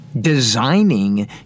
designing